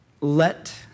let